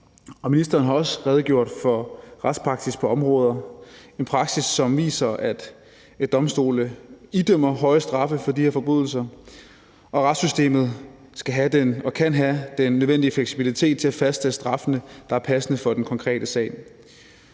ministeren har også redegjort for retspraksis på området – en praksis, som viser, at domstole idømmer høje straffe for de her forbrydelser, og at retssystemet skal have og kan have den nødvendige fleksibilitet til at fastsætte straffe, der er passende for den konkrete sag.